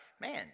man